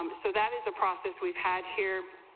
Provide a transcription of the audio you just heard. um so that is a process we've had here,